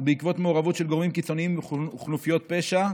בעקבות מעורבות של גורמים קיצוניים וכנופיות פשע,